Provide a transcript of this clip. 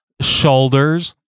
shoulders